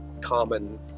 common